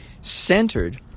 centered